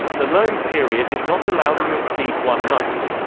the loan period is not allowed to exceed one month.